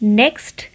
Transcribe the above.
next